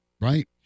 Right